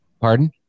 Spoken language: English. Pardon